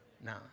No